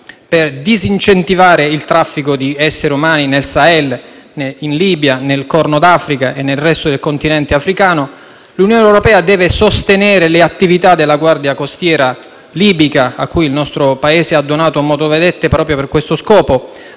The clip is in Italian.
Per disincentivare il traffico di essere umani nel Sahel, in Libia, nel Corno d'Africa e nel resto del continente africano, l'Unione europea deve sostenere le attività della Guardia costiera libica, a cui il nostro Paese ha donato motovedette proprio a questo scopo,